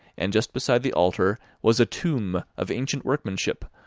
and just beside the altar was a tomb of ancient workmanship,